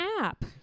app